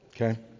okay